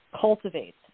cultivates